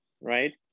right